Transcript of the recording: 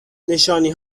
نشانی